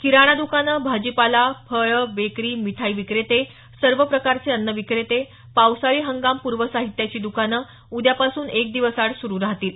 किराणा द्रकानं भाजीपाला फळं बेकरी मिठाई विक्रेते सर्व प्रकारचे अन्न विक्रेते पावसाळी हंगाम पूर्व साहित्याची दुकानं उद्यापासून एक दिवसआड सुरु राहतील